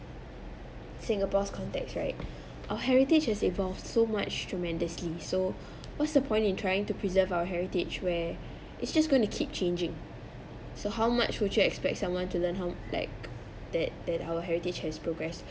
singapore's context right our heritage has evolved so much tremendously so what's the point in trying to preserve our heritage where it's just going to keep changing so how much would you expect someone to learn how like that that our heritage has progressed